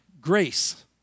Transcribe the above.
grace